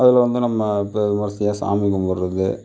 அதில் வந்து நம்ம இப்போ விமரிசையா சாமி கும்புடுறது